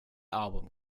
album